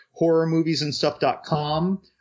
horrormoviesandstuff.com